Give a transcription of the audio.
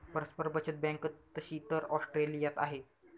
परस्पर बचत बँक तशी तर ऑस्ट्रेलियात आहे